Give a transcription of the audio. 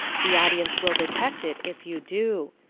the audience will detect it if you do.